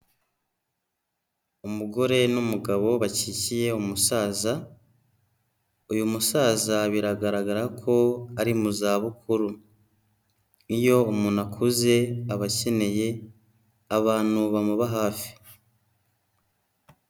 Umugore n'umugabo bakikiye umusaza. Uyu musaza biragaragara ko ari mu za bukuru. Iyo umuntu akuze aba akeneye abantu bamuba hafi.